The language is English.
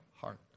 heart